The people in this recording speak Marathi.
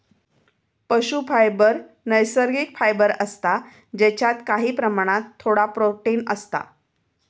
पशू फायबर नैसर्गिक फायबर असता जेच्यात काही प्रमाणात थोडा प्रोटिन असता